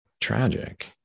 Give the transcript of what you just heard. tragic